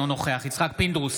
אינו נוכח יצחק פינדרוס,